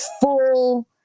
full